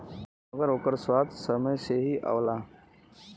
मगर ओकर स्वाद समय से ही आवला